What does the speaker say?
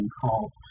called